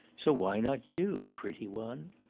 so why not you, pretty one?